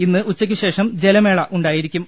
ഇന്ന് ഉച്ചയ്ക്കുശേഷം ജല മേള ഉണ്ടായിരിക്കും